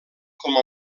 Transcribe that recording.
com